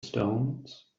stones